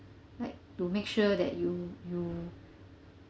like to make sure that you you